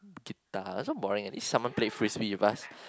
guitar so boring if someone play frisbee with us